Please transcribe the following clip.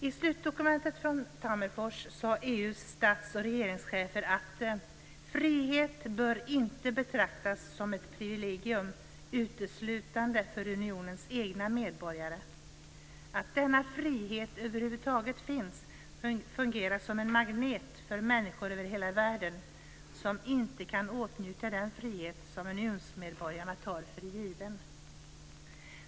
I slutdokumentet från Tammerfors sade EU:s stats och regeringschefer att "frihet bör inte betraktas som ett privilegium uteslutande för unionens egna medborgare. Att denna frihet över huvud taget finns fungerar som en magnet för människor över hela världen som inte kan åtnjuta den frihet som unionsmedborgarna tar för given.